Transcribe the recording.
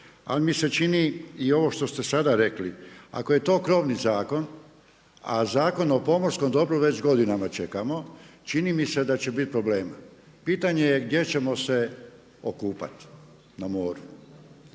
ali mi se čini i ovo što ste sada rekli ako je to krovni zakon, a Zakon o pomorskom dobru već godinama čekamo čini mi se da će bit problema. Pitanje je gdje ćemo se okupati na moru?